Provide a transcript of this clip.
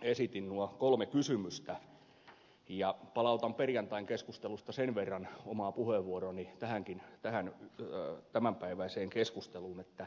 esitin nuo kolme kysymystä ja palautan perjantain keskustelusta sen verran omaa puheenvuoroani tähän tämänpäiväiseen keskusteluun että